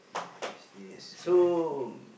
yes yes correct